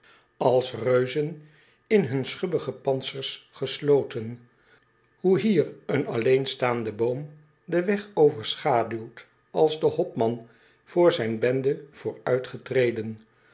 als reuzen in hun schubbige pantsers gesloten hoe hier een alleen staande boom den weg overschaduwt als de hopman voor zijn bende